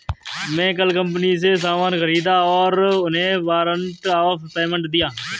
मैं कल कंपनी से सामान ख़रीदा और उन्हें वारंट ऑफ़ पेमेंट दिया